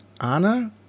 Anna